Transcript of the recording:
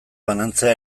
banantzea